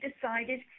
decided